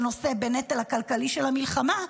שנושא בנטל הכלכלי של המלחמה,